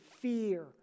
fear